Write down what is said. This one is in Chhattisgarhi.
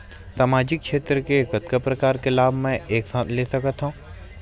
सामाजिक क्षेत्र के कतका प्रकार के लाभ मै एक साथ ले सकथव?